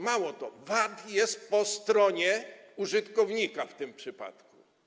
Mało tego, VAT jest po stronie użytkownika w tym przypadku.